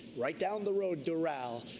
right down the road, doral.